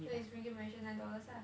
so is malaysia ringgit nine dollars lah